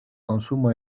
consumo